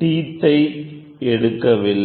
teeth ஐ எடுக்கவில்லை